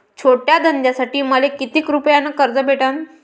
छोट्या धंद्यासाठी मले कितीक रुपयानं कर्ज भेटन?